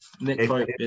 Nick